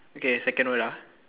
okay second one ah